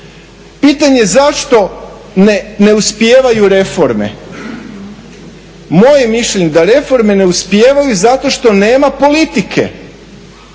Pitanje zašto ne uspijevaju reforme. Moje je mišljenje da reforme ne uspijevaju zato što nema politike.